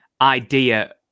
idea